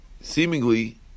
seemingly